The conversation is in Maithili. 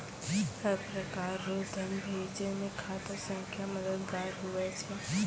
हर प्रकार रो धन भेजै मे खाता संख्या मददगार हुवै छै